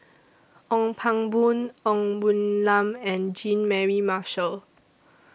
Ong Pang Boon Ng Woon Lam and Jean Mary Marshall